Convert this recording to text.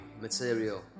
material